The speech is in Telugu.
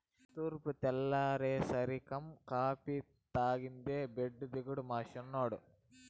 తూర్పు తెల్లారేసరికం కాఫీ తాగందే బెడ్డు దిగడు మా సిన్నోడు